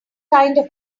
kind